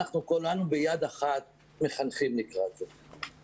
אנחנו כולנו ביד אחת מחנכים לקראת זה.